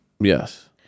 Yes